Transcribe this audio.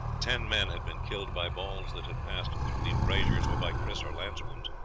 ten men had been killed by balls that had passed through the embrasures, or by kris or lance wounds,